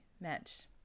meant